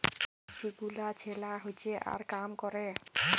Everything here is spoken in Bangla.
যে মমাছি গুলা ছেলা হচ্যে আর কাম ক্যরে